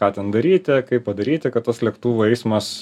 ką ten daryti kaip padaryti kad tas lėktuvų eismas